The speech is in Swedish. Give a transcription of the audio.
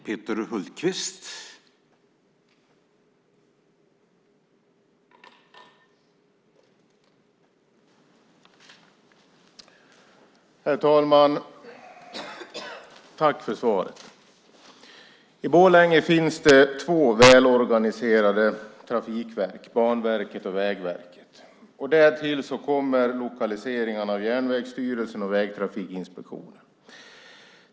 Herr talman! Jag tackar för svaret. I Borlänge finns det två välorganiserade trafikverk, Banverket och Vägverket. Därtill kommer lokaliseringen av Järnvägsstyrelsen och Vägtrafikinspektionen.